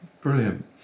Brilliant